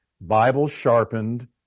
Bible-sharpened